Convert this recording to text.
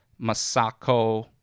Masako